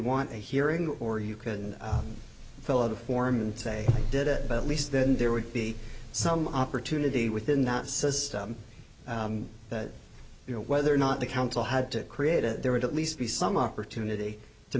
want a hearing or you can fill out a form and say i did it but least then there would be some opportunity within that system that you know whether or not the council had to create it there would at least be some opportunity to